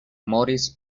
moritz